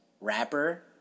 rapper